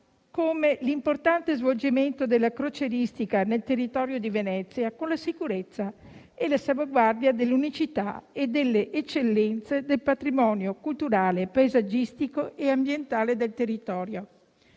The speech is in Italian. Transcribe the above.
come l'importante svolgimento della crocieristica nel territorio di Venezia, con la sicurezza e la salvaguardia dell'unicità e delle eccellenze del patrimonio culturale, paesaggistico e ambientale del territorio.